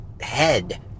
head